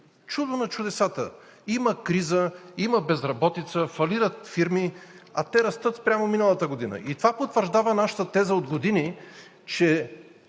Чудо на чудесата! Има криза, има безработица, фалират фирми, а те растат спрямо миналата година! И това потвърждава нашата теза от години, че